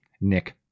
Nick